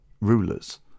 rulers